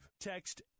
Text